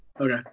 Okay